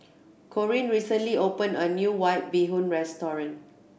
Corene recently opened a new White Bee Hoon restaurant